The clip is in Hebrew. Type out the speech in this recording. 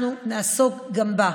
אנחנו נעסוק גם בה.